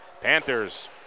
Panthers